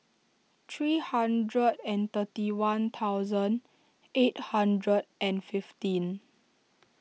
three hundred and thirty one thousand eight hundred and fifteen